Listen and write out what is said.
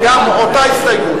אותה הסתייגות.